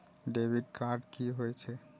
Debit card की होय छे?